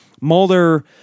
Mulder